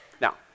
now